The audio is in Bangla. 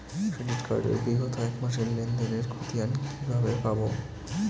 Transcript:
ক্রেডিট কার্ড এর বিগত এক মাসের লেনদেন এর ক্ষতিয়ান কি কিভাবে পাব?